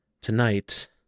tonight